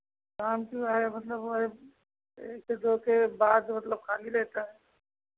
शाम कि वही मतलब वही एक से दो के बाद मतलब खाली रहता है